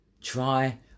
try